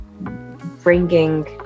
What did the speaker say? bringing